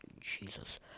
Jesus